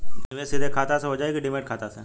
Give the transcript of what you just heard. निवेश सीधे खाता से होजाई कि डिमेट खाता से?